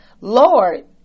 Lord